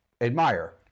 admire